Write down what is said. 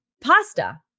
pasta